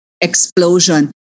explosion